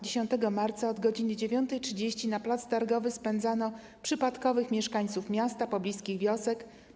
10 marca od godz. 9.30 na plac targowy spędzano przypadkowych mieszkańców miasta i pobliskich wiosek.